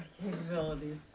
capabilities